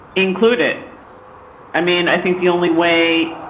include it i mean, i think the only way.